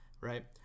right